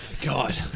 God